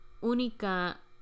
única